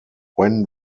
when